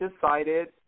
decided